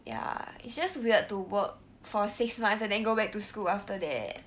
ya it's just weird to work for six months and then go back to school after that